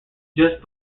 just